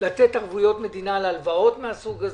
לתת ערבויות מדינה להלוואות מהסוג הזה.